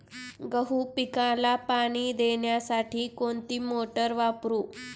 गहू पिकाला पाणी देण्यासाठी कोणती मोटार वापरू?